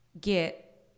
get